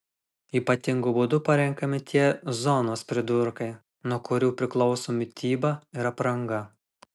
ypatingu būdu parenkami tie zonos pridurkai nuo kurių priklauso mityba ir apranga